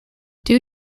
due